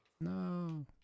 No